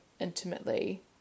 intimately